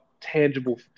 tangible